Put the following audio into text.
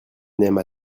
aima